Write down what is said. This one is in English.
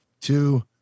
two